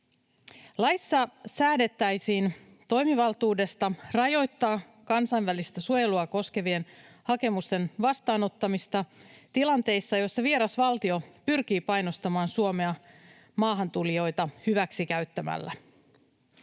Laissa säädettäisiin toimivaltuudesta rajoittaa kansainvälistä suojelua koskevien hakemusten vastaanottamista tilanteissa, joissa vieras valtio pyrkii painostamaan Suomea maahantulijoita hyväksikäyttämällä.